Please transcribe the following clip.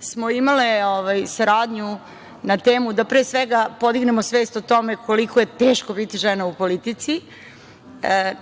smo imale saradnju na temu da pre svega podignemo svest o tome koliko je teško biti žena u politici.